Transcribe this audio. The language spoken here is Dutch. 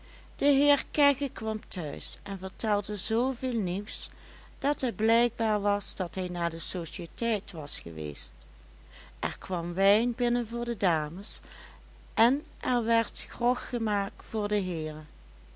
de heer kegge kwam thuis en vertelde zooveel nieuws dat het blijkbaar was dat hij naar de sociëteit was geweest er kwam wijn binnen voor de dames en er werd grog gemaakt voor de heeren